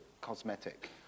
cosmetic